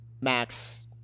Max